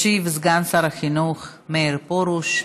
ישיב סגן שר החינוך מאיר פרוש.